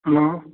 hello